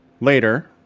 Later